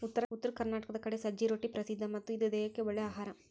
ಉತ್ತರ ಕರ್ನಾಟಕದ ಕಡೆ ಸಜ್ಜೆ ರೊಟ್ಟಿ ಪ್ರಸಿದ್ಧ ಮತ್ತ ಇದು ದೇಹಕ್ಕ ಒಳ್ಳೇ ಅಹಾರಾ